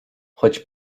choć